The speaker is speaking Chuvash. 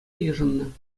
йышӑннӑ